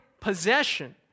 possession